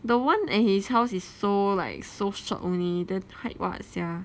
the one at his house is so like so short only the hike what sia